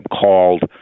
called